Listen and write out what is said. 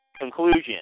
conclusion